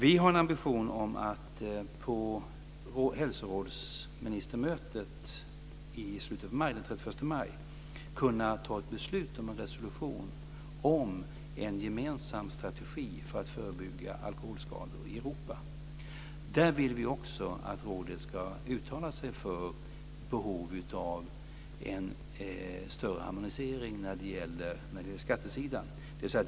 Vi har en ambition att på hälsovårdsministermötet den 31 maj kunna ta ett beslut om en resolution om en gemensam strategi för att förebygga alkoholskador i Europa. Vi vill också att rådet där ska uttala sig för behovet av en större harmonisering på skattesidan.